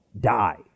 die